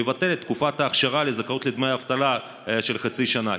לבטל את תקופת האכשרה לזכאות לדמי אבטלה של חצי שנה,